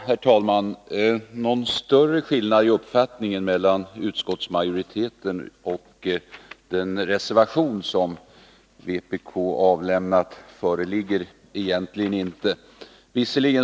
Herr talman! Någon större skillnad i uppfattning mellan utskottsmajoritetens skrivning och den reservation som vpk avlämnat föreligger egentligen inte.